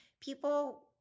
people